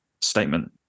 statement